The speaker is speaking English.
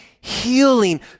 healing